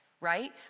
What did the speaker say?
right